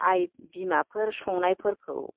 आइ बिमाफोर संनायफोरखौ